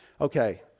okay